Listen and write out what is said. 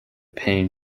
paying